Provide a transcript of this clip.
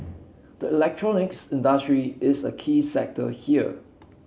the electronics industry is a key sector here